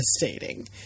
devastating